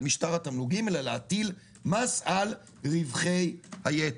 משטר התמלוגים אלא להטיל מס על רווחי היתר.